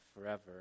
forever